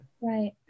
Right